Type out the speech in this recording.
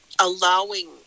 allowing